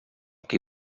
qui